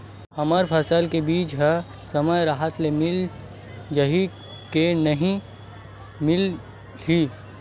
हमर फसल के बीज ह समय राहत ले मिल जाही के नी मिलही?